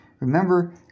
Remember